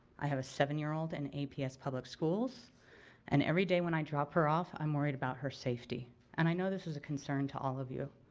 i have a seven year old in and aps public schools and everyday when i drop her off, i'm worried about her safety and i know this is a concern to all of you.